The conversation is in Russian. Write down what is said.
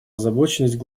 озабоченность